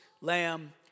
lamb